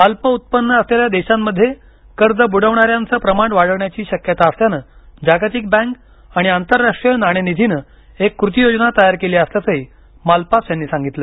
अल्प उत्पन्न असलेल्या देशांमध्ये कर्ज बुडवणाऱ्यांचं प्रमाण वाढण्याची शक्यता असल्यानं जागतिक बँक आणि आंतरराष्ट्रीय नाणेनिधीनं एक कृती योजना तयार केली असल्याचंही मालपास यांनी सांगितलं